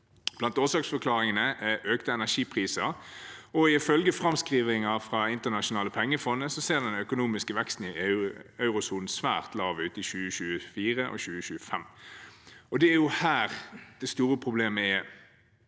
Blant årsaksforklaringene er økte energipriser. Ifølge framskrivinger fra Det internasjonale pengefondet ser den økonomiske veksten i eurosonen svært lav ut i 2024 og 2025. Det er her det store problemet er: